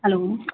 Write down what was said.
hello